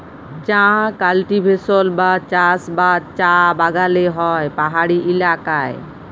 চাঁ কাল্টিভেশল বা চাষ চাঁ বাগালে হ্যয় পাহাড়ি ইলাকায়